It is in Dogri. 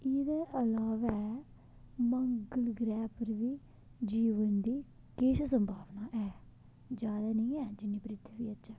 एह्दे इलावा मंगल ग्रैह् उप्पर बी जीवन दी किश संभावना ऐ ज्यादा नी ऐ जिन्नी पृथ्वी बिच्च ऐ